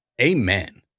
Amen